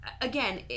again